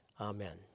Amen